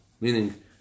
Meaning